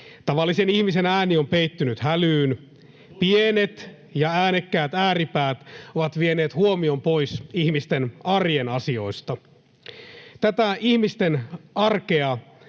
Tavallisen ihmisen ääni on peittynyt hälyyn. Pienet ja äänekkäät ääripäät ovat vieneet huomion pois ihmisten arjen asioista. Tätä ihmisten arkea